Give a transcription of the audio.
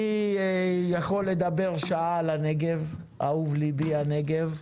אני יכול לדבר שעה על הנגב, אהוב ליבי הנגב.